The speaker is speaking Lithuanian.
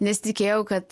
nesitikėjau kad